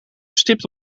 stipt